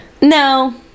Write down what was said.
No